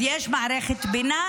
אז יש מערכת בינה,